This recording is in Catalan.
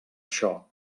això